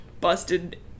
busted